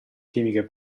chimiche